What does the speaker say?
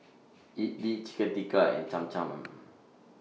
Idili Chicken Tikka and Cham Cham